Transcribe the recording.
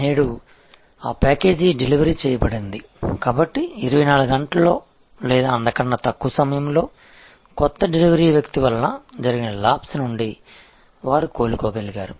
నేడు ఆ package delivery చేయబడింది కాబట్టి 24 గంటల్లో లేదా అంతకన్నా తక్కువ సమయంలో కొత్త డెలివరీ వ్యక్తి వలన జరిగిన లాప్స్ నుండి వారు కోలుకోగలిగారు